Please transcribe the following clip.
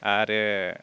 आरो